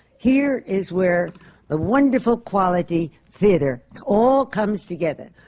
here is where the wonderful quality theatre all comes together,